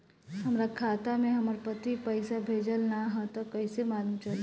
हमरा खाता में हमर पति पइसा भेजल न ह त कइसे मालूम चलि?